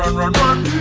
and run, run,